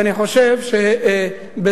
ואני חושב שבזה